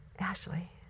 Ashley